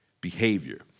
behavior